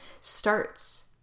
starts